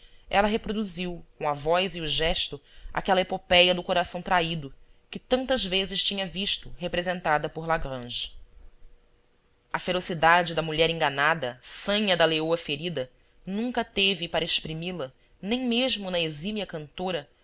ela reproduziu com a voz e o gesto aquela epopéia do coração traído que tantas vezes tinha visto representada por lagrange a ferocidade da mulher enganada sanha da leoa ferida nunca teve para exprimi la nem mesmo na exímia cantora